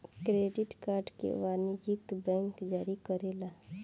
credit card के वाणिजयक bank जारी करेला